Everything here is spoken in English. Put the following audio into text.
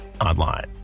online